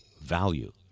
value